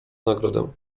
nagrodę